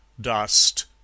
dust